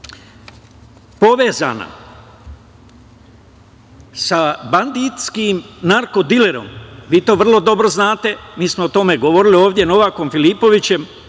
povezana sa banditskim narko-dilerom, vi to vrlo dobro znate, mi smo o tome govorili ovde, Novakom Filipovićem,